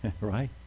right